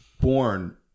born